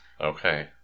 okay